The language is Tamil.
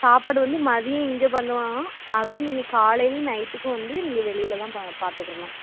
சாப்பாடு வந்து மதியம் இங்கே பண்ணுவாங்க அப்போ நீங்கள் காலையிலையும் நைட்டுக்கும் வந்து நீங்கள் வெளியில்தான் பா பார்த்துக்கர்ணும்